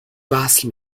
وصل